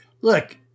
look